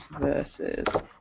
versus